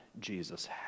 Jesus